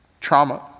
Trauma